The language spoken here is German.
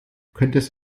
könntest